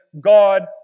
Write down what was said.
God